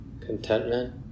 contentment